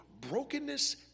Brokenness